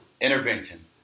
Intervention